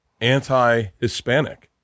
anti-Hispanic